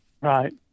right